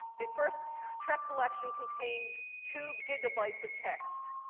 the first trek collection contained two gigabytes of text.